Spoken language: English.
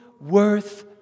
worth